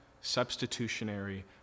substitutionary